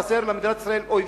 חסר למדינת ישראל אויבים,